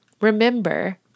Remember